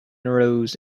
rose